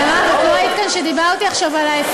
מרב, לא היית כאן עכשיו כשדיברתי על ההפטר.